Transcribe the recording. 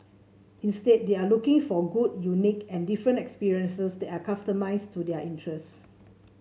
instead they are looking for good unique and different experiences that are customised to their interests